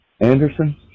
Anderson